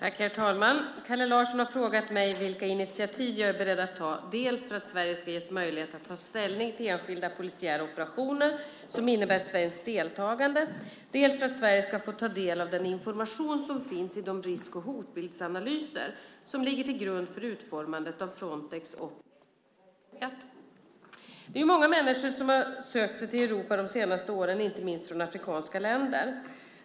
Herr talman! Kalle Larsson har frågat mig vilka initiativ jag är beredd att ta, dels för att Sverige ska ges möjlighet att ta ställning till enskilda polisiära operationer som innebär svenskt deltagande, dels för att Sverige ska få ta del av den information som finns i de risk och hotbildsanalyser som ligger till grund för utformandet av Frontex operativa verksamhet. Många människor har de senaste åren sökt sig till Europa, inte minst från afrikanska länder.